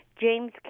James